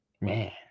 Man